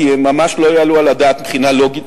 כי הם ממש לא יעלו על הדעת מבחינה לוגית,